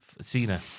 Cena